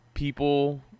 people